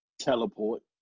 Teleport